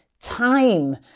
time